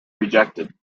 rejected